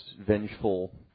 vengeful